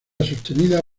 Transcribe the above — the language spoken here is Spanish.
sostenida